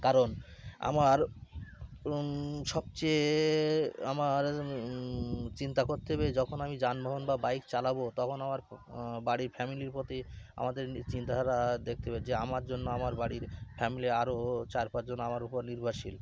কারণ আমার সবচেয়ে আমার চিন্তা করতে হবে যখন আমি যানবাহন বা বাইক চালাব তখন আমার বাড়ির ফ্যামিলির প্রতি আমাদের চিন্তাধারা দেখতে হবে যে আমার জন্য আমার বাড়ির ফ্যামিলির আরও চার পাঁচজন আমার উপর নির্ভরশীল